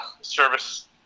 service